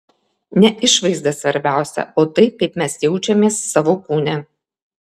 ne išvaizda svarbiausia o tai kaip mes jaučiamės savo kūne